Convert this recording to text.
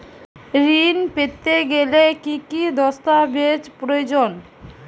ঋণ পেতে গেলে কি কি দস্তাবেজ প্রয়োজন?